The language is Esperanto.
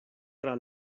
tra